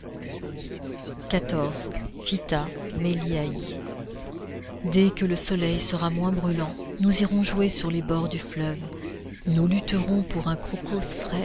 phitta meliaï dès que le soleil sera moins brûlant nous irons jouer sur les bords du fleuve nous lutterons pour un crocos